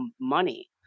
money